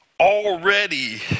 already